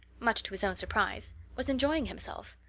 much to his own surprise, was enjoying himself.